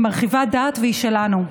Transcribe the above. היא מרחיבה דעת והיא שלנו.